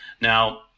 Now